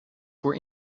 for